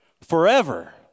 Forever